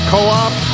Co-op